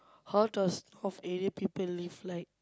how does north area people live like